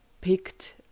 picked